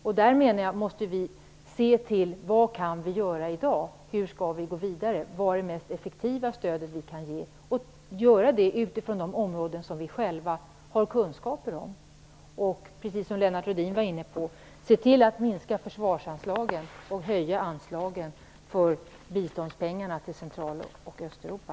Jag menar att vi måste se vad vi kan göra i dag, hur vi skall gå vidare och vad som är det mest effektiva stöd som vi kan ge på de områden där vi själva har kunskaper. Precis som Lennart Rohdin var inne på skall vi se till att minska försvarsanslagen och höja biståndsanslagen till Central och Östeuropa.